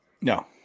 No